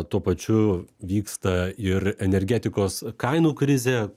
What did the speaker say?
tuo pačiu vyksta ir energetikos kainų krizė